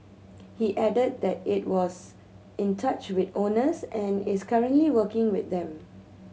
he added that it was in touch with owners and is currently working with them